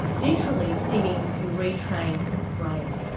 literally singing can retrain the brain!